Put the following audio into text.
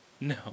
No